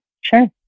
sure